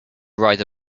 ride